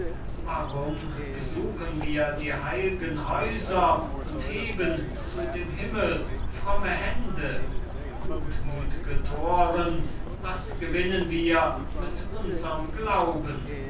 warum besuchen wir die heil'gen häuser und heben zu dem himmel fromme hände gutmüth'ge thoren was gewinnen wir mit unserm glauben